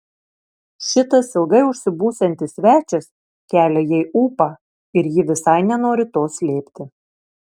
šitas ilgai užsibūsiantis svečias kelia jai ūpą ir ji visai nenori to slėpti